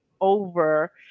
over